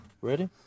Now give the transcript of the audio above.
Ready